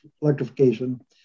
electrification